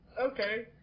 okay